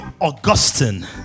augustine